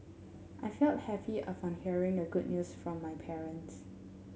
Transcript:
I felt happy upon hearing the good news from my parents